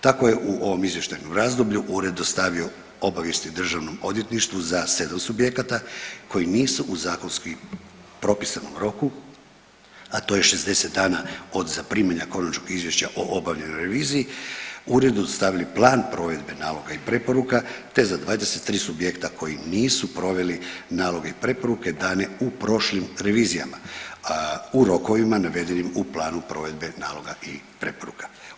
Tako je u ovom izvještajnom razdoblju ured dostavio obavijesti Državnom odvjetništvu za 7 subjekata koji nisu u zakonski propisanom roku a to je 60 dana od zaprimanja konačnog izvješća o obavljenoj reviziji uredu dostavili plan provedbe naloga i preporuka, te za 23 subjekta koji nisu proveli naloge i preporuke dane u prošlim revizijama u rokovima navedenim u planu provedbe naloga i preporuka.